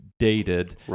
dated